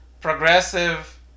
progressive